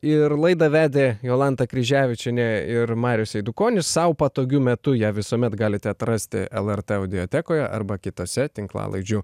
ir laidą vedė jolanta kryževičienė ir marius eidukonis sau patogiu metu ją visuomet galite atrasti lrt audiotekloje arba kitose tinklalaidžių